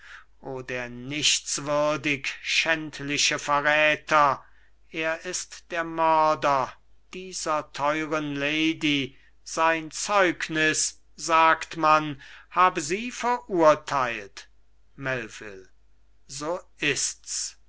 der nichtswürdig schändliche verräter er ist der mörder dieser teuren lady sein zeugnis sagt man habe sie verurteilt melvil so ist's